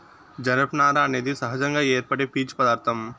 జనపనార అనేది సహజంగా ఏర్పడే పీచు పదార్ధం